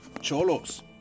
Cholos